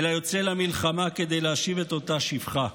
אלא יוצא למלחמה כדי להשיב את אותה שפחה.